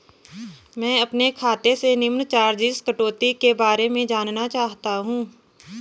मैं अपने खाते से निम्न चार्जिज़ कटौती के बारे में जानना चाहता हूँ?